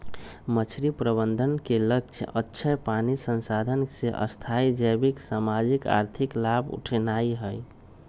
मछरी प्रबंधन के लक्ष्य अक्षय पानी संसाधन से स्थाई जैविक, सामाजिक, आर्थिक लाभ उठेनाइ हइ